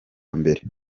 mbere